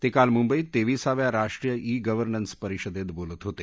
ते काल मुंबईत तेवीसाव्या राष्ट्रीय ई गव्हर्नन्स परिषदेत बोलत होते